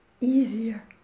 easier